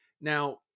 Now